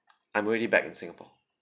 I'm already back in singapore